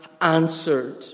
answered